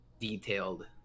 detailed